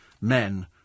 men